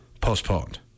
postponed